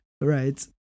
right